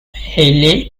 haile